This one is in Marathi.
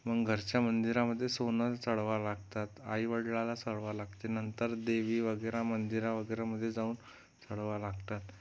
मग घरच्या मंदिरामध्ये सोनं चढवा लागतात आईवडिलाला चढवा लागते नंतर देवी वगैरे मंदिरा वगैरामध्ये जाऊन चढवा लागतात